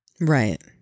Right